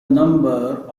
number